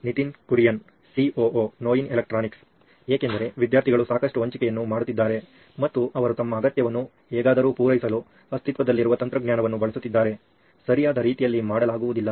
Nitin Kurian COO ನೋಯಿನ್ electronics ಏಕೆಂದರೆ ವಿದ್ಯಾರ್ಥಿಗಳು ಸಾಕಷ್ಟು ಹಂಚಿಕೆಯನ್ನು ಮಾಡುತ್ತಿದ್ದಾರೆ ಮತ್ತು ಅವರು ತಮ್ಮ ಅಗತ್ಯವನ್ನು ಹೇಗಾದರೂ ಪೂರೈಸಲು ಅಸ್ತಿತ್ವದಲ್ಲಿರುವ ತಂತ್ರಜ್ಞಾನವನ್ನು ಬಳಸುತ್ತಿದ್ದಾರೆ ಸರಿಯಾದ ರೀತಿಯಲ್ಲಿ ಮಾಡಲಾಗುವುದಿಲ್ಲ